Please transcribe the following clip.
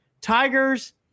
Tigers